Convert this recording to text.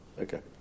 Okay